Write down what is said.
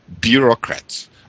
bureaucrats